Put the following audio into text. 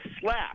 SLAP